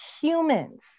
humans